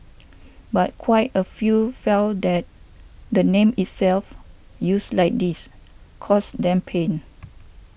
but quite a few felt that the name itself used like this caused them pain